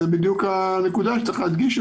זה בדיוק הנקודה שצריך להדגיש,